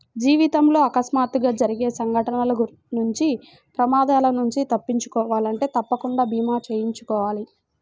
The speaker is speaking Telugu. జీవితంలో అకస్మాత్తుగా జరిగే సంఘటనల నుంచి ప్రమాదాల నుంచి తప్పించుకోవాలంటే తప్పకుండా భీమా చేయించుకోవాలి